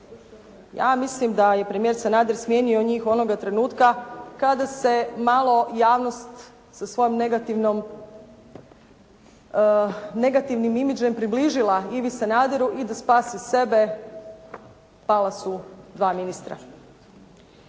Ja mislim da je premijer Sanader smijenio njih onoga trenutka kada se malo javnost sa svojom negativnom, negativnim imidžom približila Ivi Sanaderu i da spasi sebe pala su dva ministra,